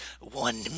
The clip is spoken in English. one